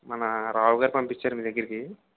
మన రావ్ గారు పంపించారు మీ దగ్గిరికి